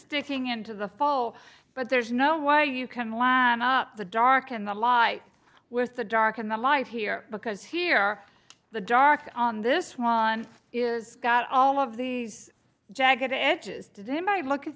sticking into the fall but there's no why you can line up the dark and the light with the dark and the light here because here the dark on this one is got all of these jagged edges today might look at